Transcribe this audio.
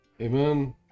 Amen